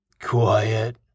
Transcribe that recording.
Quiet